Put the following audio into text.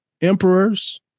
emperors